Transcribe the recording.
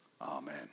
amen